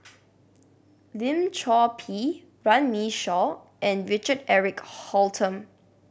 Lim Chor Pee Runme Shaw and Richard Eric Holttum